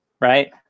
right